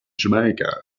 jamaica